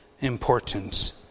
importance